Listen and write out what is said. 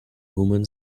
woman